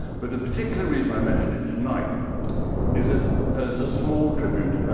but the particular reason i mention it tonight is as as a small tribute